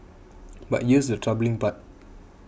but there's the troubling part